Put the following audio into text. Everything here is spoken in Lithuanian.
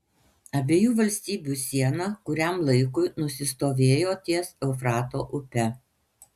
abiejų valstybių siena kuriam laikui nusistovėjo ties eufrato upe